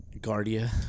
Guardia